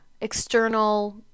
external